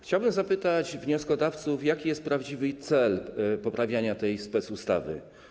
Chciałbym zapytać wnioskodawców, jaki jest prawdziwy cel poprawiania tej specustawy.